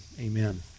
amen